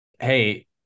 Hey